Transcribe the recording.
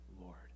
Lord